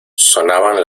sonaban